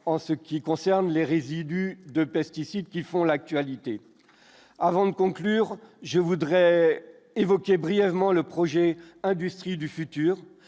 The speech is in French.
en ce qui concerne les résidus de pesticides qui font l'actualité, avant de conclure, je voudrais évoquer brièvement le projet industrie du futur,